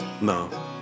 No